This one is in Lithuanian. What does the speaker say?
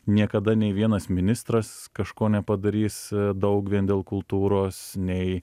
niekada nei vienas ministras kažko nepadarys daug vien dėl kultūros nei